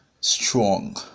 strong